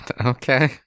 Okay